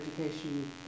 education